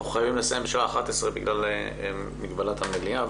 אנחנו חייבים לסיים בשעה 11:00 בשל תחילת המליאה.